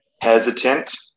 hesitant